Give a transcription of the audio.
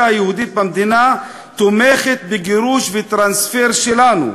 היהודית במדינה תומכת בגירוש וטרנספר שלנו,